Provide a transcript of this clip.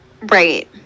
Right